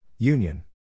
Union